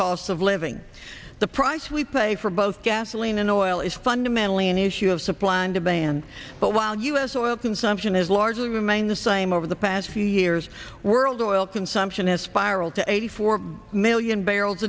cost of living the price we pay for both gasoline and oil is fundamentally an issue of supply and demand but while u s oil consumption is largely remained the same over the past few years world oil consumption has spiraled to eighty four million barrels